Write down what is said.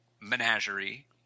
Menagerie